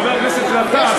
חבר הכנסת גטאס,